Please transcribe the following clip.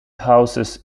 houses